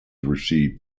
receive